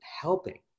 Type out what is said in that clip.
helping